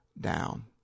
down